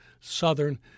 southern